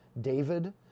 David